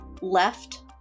Left